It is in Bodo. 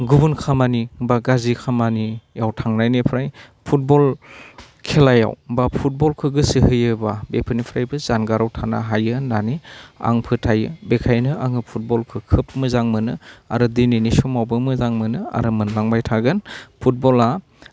गुबुन खामानि बा गाज्रि खामानियाव थांनायनिफ्राय फुटबल खेलायाव बा फुटबलखौ गोसो होयोबा बेफोरनिफ्रायबो जानगाराव थानो हायो होन्नानै आं फोथायो बेखायनो आङो फुटबलखौ खोब मोजां मोनो आरो दिनैनि समावबो मोजां मोनो आरो मोनलांबाय थागोन फुटबला